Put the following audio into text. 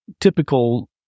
typical